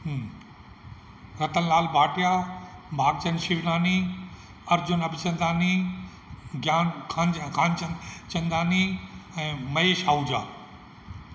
रतनलाल भाटिया भागचंद शिवनानी अर्जुन अबसरदारनी ज्ञान खम खानचंदानी ऐं महेश आहूजा